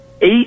Eight